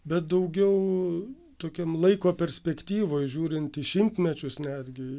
bet daugiau tokiam laiko perspektyvoj žiūrint į šimtmečius netgi